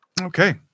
Okay